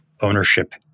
ownership